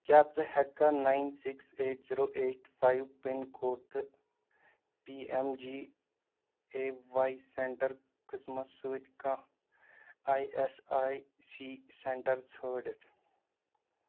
کیٛاہ ژٕ ہٮ۪کہٕ کھا nine six eight zero eight five pin code تہٕ P M G A Y centre قٕسمَس سۭتۍ کانٛہہ I S I C centre ژھٲڑِتھ